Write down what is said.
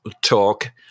talk